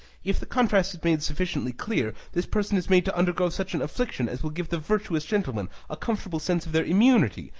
if the contrast is made sufficiently clear this person is made to undergo such an affliction as will give the virtuous gentlemen a comfortable sense of their immunity,